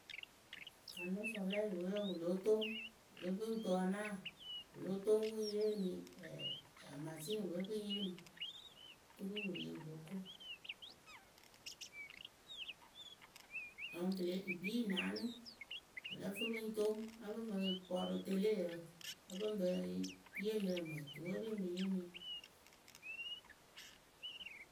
Pano sɔlɛ pwe pɨ lóo toŋ pɨ ŋ to anaa pɨ lóo tɔŋ wɨŋ yee mɨ masinɩ pwe pɨŋ yeemɨ oturu wɨ re wɨ lóo ko ǝŋ pɨle yɨ kpii yɨ naanɨ pɨ lǝ́ǝ fɨ pɨŋ toŋ ǝ pɨ;;n mɨ pɔrʊ teleyǝ ǝ pɨŋ pǝ yeemɨ ǝmǝ tuwe ǝ pɨŋ mɨ yeemɨ.